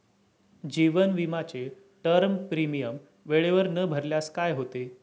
जीवन विमाचे term premium वेळेवर न भरल्यास काय होते?